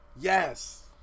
Yes